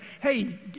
hey